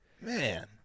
Man